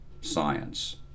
science